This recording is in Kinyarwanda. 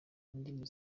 indimi